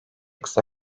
kısa